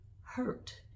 hurt